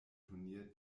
turnier